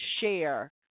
share